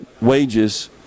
wages